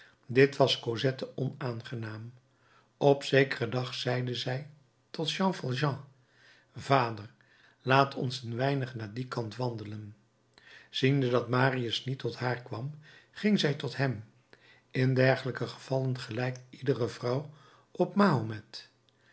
dit was cosette onaangenaam op zekeren dag zeide zij tot jean valjean vader laat ons een weinig naar dien kant wandelen ziende dat marius niet tot haar kwam ging zij tot hem in dergelijke gevallen gelijkt iedere vrouw op